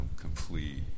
complete